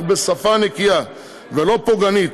אך בשפה נקייה ולא פוגענית.